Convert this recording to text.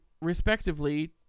respectively